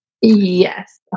Yes